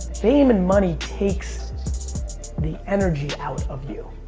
fame and money takes the energy out of you.